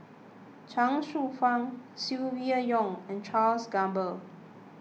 Chuang Hsueh Fang Silvia Yong and Charles Gamba